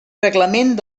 reglament